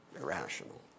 irrational